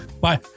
Bye